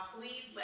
Please